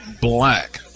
black